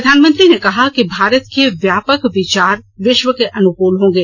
प्रधानमंत्री ने कहा कि भारत के व्यापक विचार विश्व के अनुकूल होंगे